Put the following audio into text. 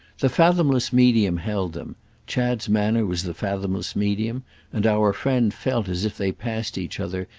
the fathomless medium held them chad's manner was the fathomless medium and our friend felt as if they passed each other,